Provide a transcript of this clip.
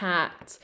Cat